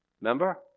remember